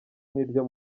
n’iryo